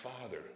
father